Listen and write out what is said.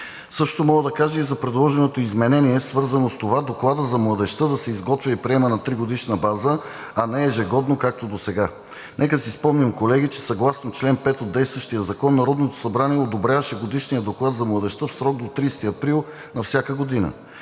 Същото мога да кажа и за предложеното изменение, свързано с това докладът за младежта да се изготвя и приема на тригодишна база, а не ежегодно, както досега. Нека си спомним, колеги, че съгласно чл. 5 от действащия закон Народното събрание одобряваше Годишния доклад за младежта в срок до 30 април на всяка година.